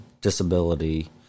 disability